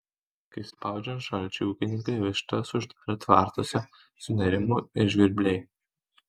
kai spaudžiant šalčiui ūkininkai vištas uždarė tvartuose sunerimo ir žvirbliai